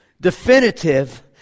definitive